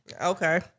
Okay